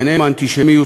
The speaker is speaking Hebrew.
ובהן האנטישמיות,